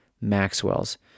Maxwells